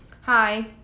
Hi